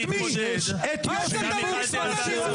לא, למה התייעצות סיעתית?